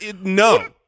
no